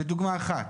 זו דוגמה אחת.